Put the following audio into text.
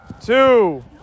Two